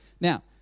Now